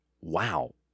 wow